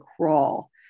crawl